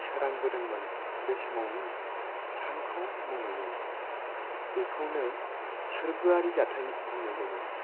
सोरांबोदोंमोन बे समावनो सानखौ मन'यो बेखौनो सोरगोआरि जाथाय बुङो